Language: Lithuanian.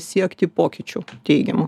siekti pokyčių teigiamų